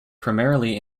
primarily